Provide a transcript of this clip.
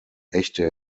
echte